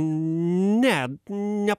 ne ne